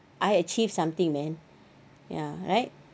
I achieve something man ya right